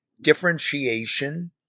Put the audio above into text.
differentiation